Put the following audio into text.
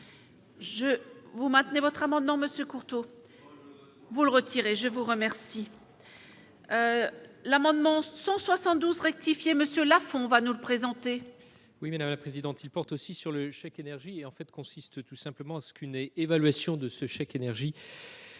vous maintenez votre amendement monsieur Courteau vous le retirez je vous remercie. L'amendement 172 rectifié monsieur Lafond va nous le présenter. Oui, madame la présidente, il porte aussi sur le chèque énergie et en fait consiste tout simplement à ce qu'une évaluation de ce chèque énergie